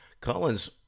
collins